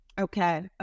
Okay